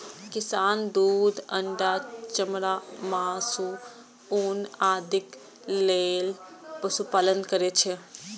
किसान दूध, अंडा, चमड़ा, मासु, ऊन आदिक लेल पशुपालन करै छै